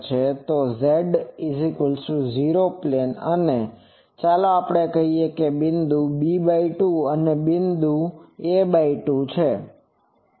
તો તે z 0 plane છે અને ચાલો આપણે કહીએ કે આ બિંદુ b2 છે અને આ બિંદુ a2 છે